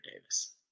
Davis